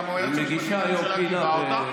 גם היועץ המשפטי לממשלה גיבה אותה,